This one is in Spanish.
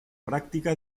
práctica